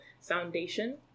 foundation